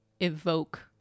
evoke